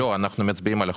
לא, אנחנו מצביעים על החוק?